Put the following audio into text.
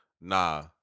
Nah